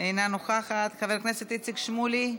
אינה נוכחת, חבר הכנסת איציק שמולי,